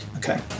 Okay